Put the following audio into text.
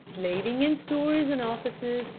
slaving in stores and offices,